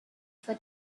for